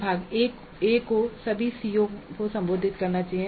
भाग ए को सभी सीओ को संबोधित करना चाहिए